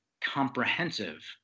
comprehensive